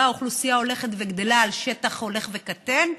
האוכלוסייה הולכת וגדלה על שטח הולך וקטן,